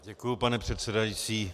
Děkuju, pane předsedající.